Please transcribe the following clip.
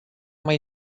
mai